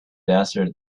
desert